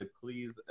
please